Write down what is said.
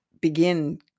begin